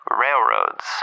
railroads